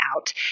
out